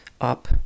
up